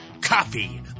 coffee